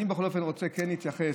אני בכל אופן רוצה כן להתייחס,